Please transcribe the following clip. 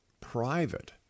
private